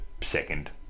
second